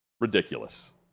Ridiculous